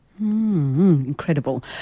Incredible